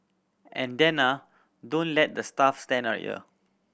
and then ah don't let the staff stand on here